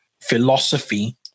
philosophy